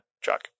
Chuck